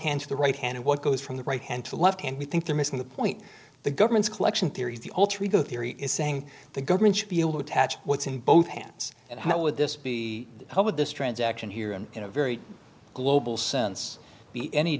hand to the right hand what goes from the right hand to the left hand we think they're missing the point the government's collection theory is the alter ego theory is saying the government should be able to attach what's in both hands and how would this be public this transaction here and in a very global sense be any